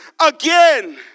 again